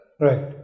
Right